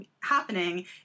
happening